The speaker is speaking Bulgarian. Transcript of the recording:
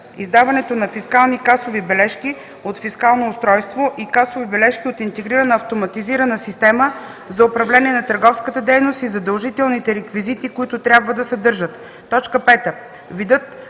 издаването на фискални касови бележки от фискално устройство и касови бележки от интегрирана автоматизирана система за управление на търговската дейност и задължителните реквизити, които трябва да съдържат;